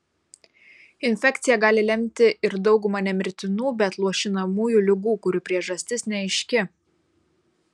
infekcija gali lemti ir daugumą ne mirtinų bet luošinamųjų ligų kurių priežastis neaiški